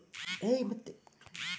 ಬೆಳೆ ವಿಮೆ ಯಾವ ರೇತಿಯಲ್ಲಿ ತಗಬಹುದು?